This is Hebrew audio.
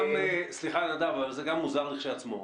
סליחה, נדב, זה גם מוזר כשלעצמו.